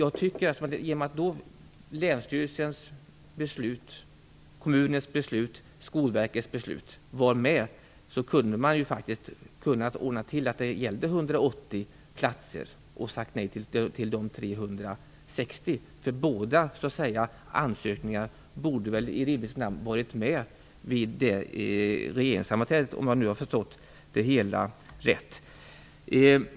I och med att länsstyrelsens beslut, kommunens beslut och Skolverkets beslut var med tycker jag faktiskt att man kunde ha ordnat till det så att man behandlade den ansökan som gällde 180 platser och sade nej till de 360, för båda ansökningarna borde i rimlighetens namn ha varit med vid det regeringssammanträdet, om jag har förstått det hela rätt.